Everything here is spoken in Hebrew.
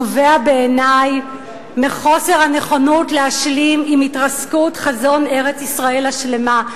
נובע בעיני מחוסר הנכונות להשלים עם התרסקות חזון ארץ-ישראל השלמה.